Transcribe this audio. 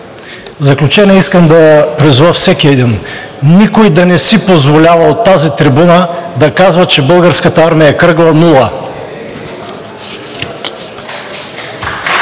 В заключение искам да призова всеки един. Никой да не си позволява от тази трибуна да казва, че Българската армия е кръгла нула!